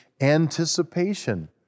anticipation